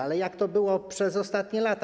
Ale jak to było przez ostatnie lata?